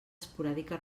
esporàdica